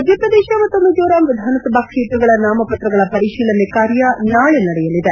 ಮಧ್ಲಪ್ರದೇಶ ಮತ್ತು ಮಿಜೋರಾಂ ವಿಧಾನಸಭಾ ಕ್ಷೇತ್ರಗಳ ನಾಮಪತ್ರಗಳ ಪರಿಶೀಲನೆ ಕಾರ್ಯ ನಾಳೆ ನಡೆಯಲಿದೆ